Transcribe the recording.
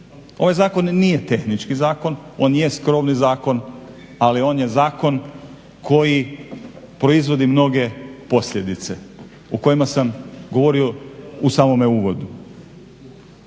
Ovaj zakon nije tehnički zakon. On je skrovni zakon, ali on je zakon koji proizvodi mnoge posljedice o kojima sam govorio u samome uvodu.